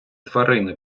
тварини